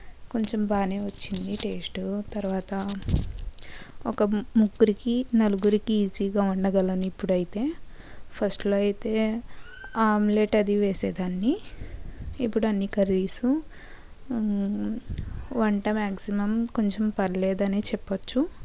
కొంచెం బాగానే వచ్చింది టెస్ట్ తర్వాత ఒక ముగ్గురికి నలుగురికి ఈజీగా వండగలను ఇప్పుడైతే ఫస్ట్లో అయితే ఆమ్లెట్ అది వేసేదాన్ని ఇప్పుడు అన్ని కర్రీసు వంట మాక్సిమం కొంచెం పర్లేదు అనే చెప్పచ్చు